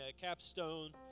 capstone